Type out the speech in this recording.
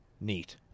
Neat